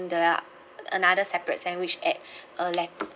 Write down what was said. the a~ another separate sandwich add uh lett~